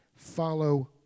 follow